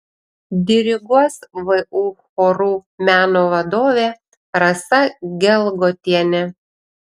diriguos vu chorų meno vadovė rasa gelgotienė